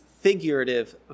figurative